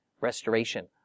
restoration